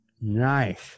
nice